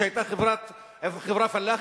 שהיתה חברה פלאחית,